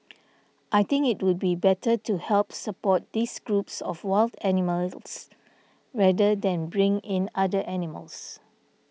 I think it would be better to help support these groups of wild animals rather than bring in other animals